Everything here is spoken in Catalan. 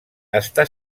està